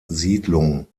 siedlung